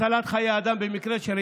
אבל זה מפריע בכל מקרה.